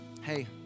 Hey